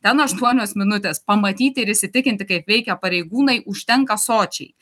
ten aštuonios minutės pamatyti ir įsitikinti kaip veikia pareigūnai užtenka sočiai